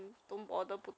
!huh! how